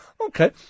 Okay